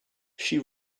she